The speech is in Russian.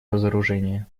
разоружения